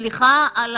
סליחה על